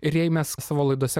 ir jei mes savo laidose